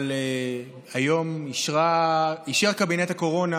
אישר קבינט הקורונה